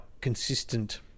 consistent